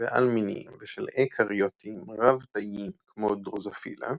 ואל-מיניים ושל איקריוטים רב-תאיים כמו דרוזופילה,